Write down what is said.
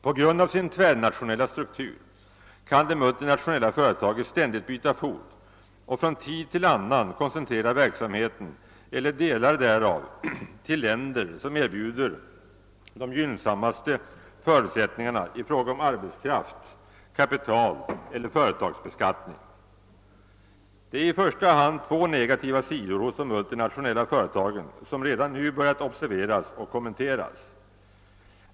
På grund av sin tvärnationella struktur kan det multinationella företaget ständigt byta fot och från tid till annan koncentrera verksamheten eller delar därav till länder som erbjuder de gynnsammaste förutsättningarna i fråga om arbetskraft, kapital eller företagsbeskattning. Det är i första hand två negativa sidor hos de multinationella företagen, som redan nu börjat observeras och kommenteras.